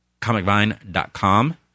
comicvine.com